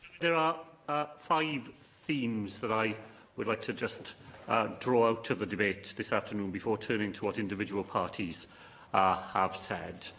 there are five themes that i would like to just draw out of the debate this afternoon before turning to what individual parties have said.